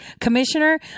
commissioner